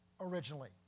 originally